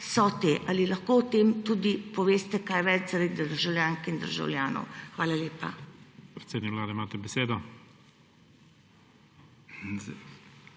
so. Ali lahko o tem tudi poveste kaj več zaradi državljank in državljanov? Hvala lepa.